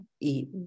eat